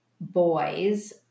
boys